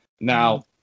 now